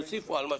יוסיפו.